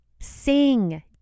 sing